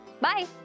bye